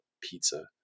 pizza